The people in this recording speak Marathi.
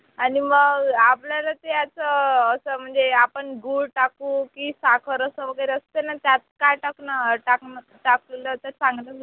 आणि मग आपल्याला ते असं असं म्हणजे आपण गूळ टाकू की साखर अस वगैरे असतेना त्यात काय टाकलं तर चांगल होईल